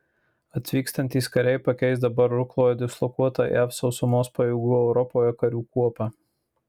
atvykstantys kariai pakeis dabar rukloje dislokuotą jav sausumos pajėgų europoje karių kuopą